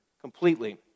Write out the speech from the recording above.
completely